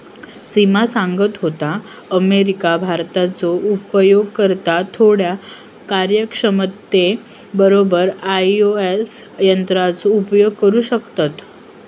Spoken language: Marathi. सिमा सांगत होता, अमेरिका, भारताचे उपयोगकर्ता थोड्या कार्यक्षमते बरोबर आई.ओ.एस यंत्राचो उपयोग करू शकतत